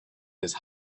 his